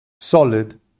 solid